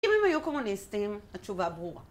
אם הם היו קומונסטים, התשובה ברורה.